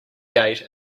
gate